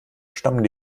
stammen